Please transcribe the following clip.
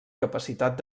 capacitat